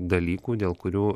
dalykų dėl kurių